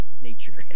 nature